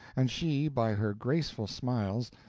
and she, by her graceful smiles,